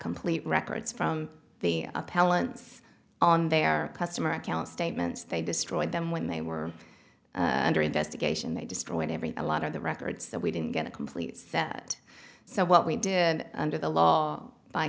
complete records from the appellant's on their customer account statements they destroyed them when they were under investigation they destroyed everything a lot of the records that we didn't get a complete set so what we did and under the law by